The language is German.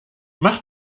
mach